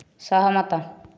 ସହମତ